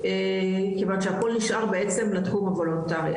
כיוון שהכול נשאר בעצם לתחום הוולונטרי,